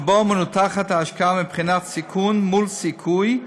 שבו מנותחת ההשקעה מבחינת סיכון מול סיכוי,